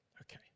Okay